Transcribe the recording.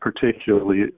particularly